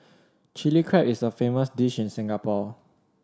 Chilli Crab is a famous dish in Singapore